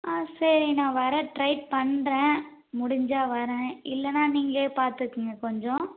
ஆ சரி நான் வர ட்ரை பண்ணுறேன் முடிஞ்சால் வரேன் இல்லைனா நீங்களே பார்த்துக்குங்க கொஞ்சம்